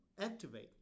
activate